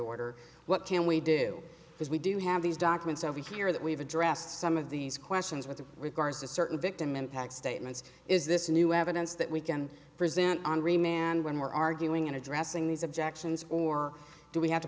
order what can we do as we do have these documents over here that we've addressed some of these questions with regards to certain victim impact statements is this new evidence that we can present henri man when we're arguing in addressing these objections or do we have to